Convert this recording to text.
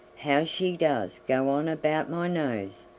how she does go on about my nose!